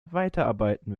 weiterarbeiten